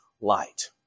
light